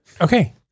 Okay